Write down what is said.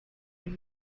just